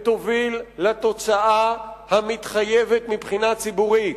ותוביל לתוצאה המתחייבת מבחינה ציבורית: